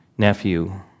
Nephew